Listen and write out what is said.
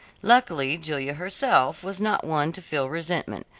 luckily julia herself was not one to feel resentment,